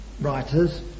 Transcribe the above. writers